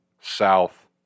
south